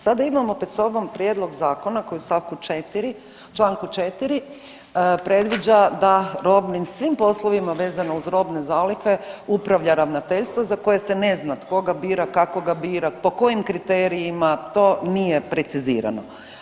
Sada imamo pred sobom prijedlog zakona koji u st. 4., u čl. 4. predviđa da robnim, svim poslovima vezano uz robne zalihe upravlja ravnateljstvo za koje se ne zna tko ga bira, kako ga bira, po kojim kriterijima, to nije precizirano.